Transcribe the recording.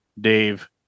Dave